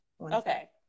okay